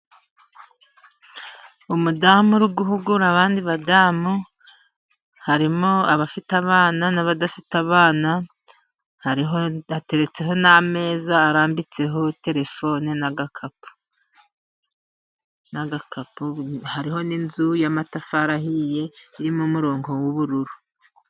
Umudamu uri guhugura abandi badamu ,harimo abafite abana n'abadafite abana ,hateretseho n'ameza arambitseho telefone n'agakapu, hariho n'inzu y'amatafari ahiye irimo umurongo w'ubururu.